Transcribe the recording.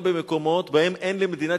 אדוני,